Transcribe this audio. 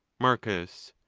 marcus.